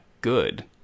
good